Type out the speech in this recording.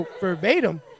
verbatim